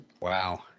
Wow